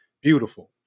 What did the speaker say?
beautiful